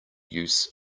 use